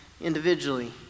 individually